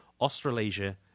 Australasia